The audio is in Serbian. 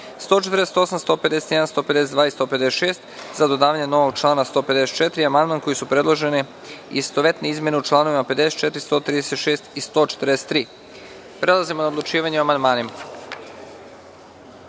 148, 151, 152, 156, za dodavanje novog člana 154. i amandman kojim su predložene istovetne izmene u čl. 54, 136. i 143.Prelazimo na odlučivanje o amandmanima. Na